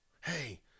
hey